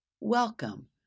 Welcome